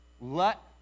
Let